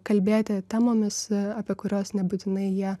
kalbėti temomis apie kurias nebūtinai jie